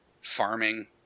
Farming